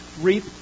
reap